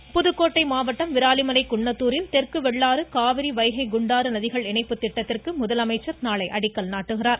பழனிச்சாமி புதுக்கோட்டை மாவட்டம் விராலிமலைகுன்னத்தூரில் தெற்கு வெள்ளாறு காவிரி வைகை குண்டாறு நதிகள் இணைப்புத் திட்டத்திற்கு நாளை அடிக்கல் நாட்டுகிறார்